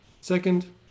Second